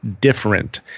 different